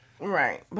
right